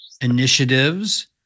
initiatives